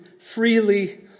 freely